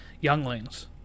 younglings